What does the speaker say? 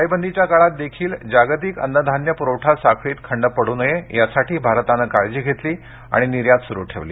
टाळेबंदीच्या काळात देखील जागतिक अन्नधान्य पुरवठा साखळीत खंड पडू नये यासाठी भारतानं काळजी घेतली आणि निर्यात सुरु ठेवली